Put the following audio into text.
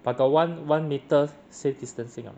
but got one one metre safe distancing lah